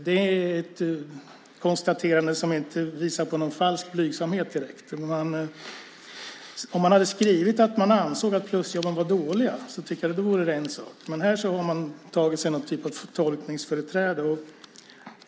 Det är ett konstaterande som inte direkt visar på någon falsk blygsamhet. Om man hade skrivit att man ansåg att plusjobben var dåliga vore det en sak, men här har man tagit sig någon typ av tolkningsföreträde.